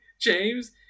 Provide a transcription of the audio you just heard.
James